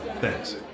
Thanks